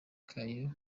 kayo